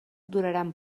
duraran